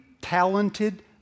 talented